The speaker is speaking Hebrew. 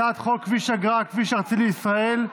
הצעת חוק כביש אגרה (כביש ארצי לישראל)